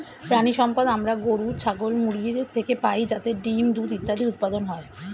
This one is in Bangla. প্রাণিসম্পদ আমরা গরু, ছাগল, মুরগিদের থেকে পাই যাতে ডিম্, দুধ ইত্যাদি উৎপাদন হয়